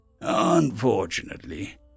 Unfortunately